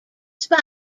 spy